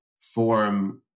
form